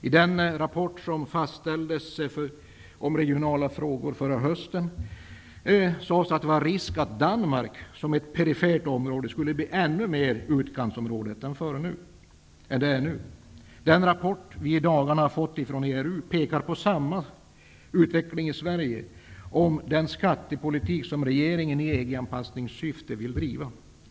Av den rapport om regionala frågor som fastställdes förra hösten framgick det att det fanns en risk för att Danmark, som ett perifert område, skulle bli ännu mer ett utkantsområde än det är nu. Den rapport som vi i dagarna har fått från ERU pekar på samma utveckling för Sverige när det gäller den skattepolitik som regeringen i EG anpassningssyfte vill driva.